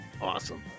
awesome